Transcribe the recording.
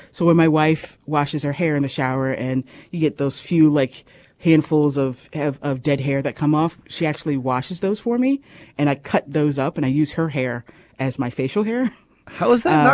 so when my wife washes her hair in the shower and you get those few like handfuls of half of dead hair that come off she actually washes those for me and i cut those up and i use her hair as my facial hair how is that.